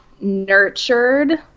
nurtured